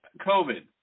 COVID